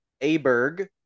Aberg